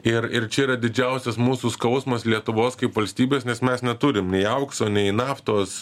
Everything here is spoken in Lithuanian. ir ir čia yra didžiausias mūsų skausmas lietuvos kaip valstybės nes mes neturim nei aukso nei naftos